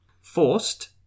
Forced